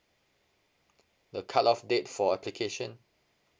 the cut off date for application